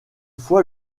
fois